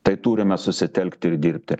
tai turime susitelkti ir dirbti